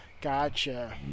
Gotcha